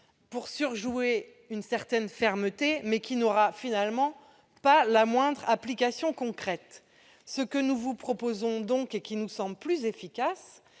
pour surjouer une certaine fermeté, mais qui n'aura finalement pas la moindre application concrète. Nous vous proposons donc, ce qui nous semble plus efficace,